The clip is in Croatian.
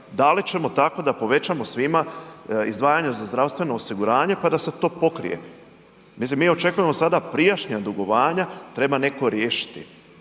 da li ćemo tako da povećamo svima izdvajanja za zdravstveno osiguranje pa da se to pokrije. Mislim mi očekujemo sada prijašnja dugovanja, treba netko riješiti.